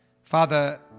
father